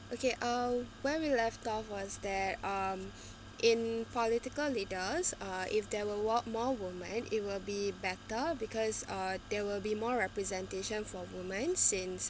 okay uh where we left off once there um in political leaders uh if there were a lot more woman it will be better because uh there will be more representation for women since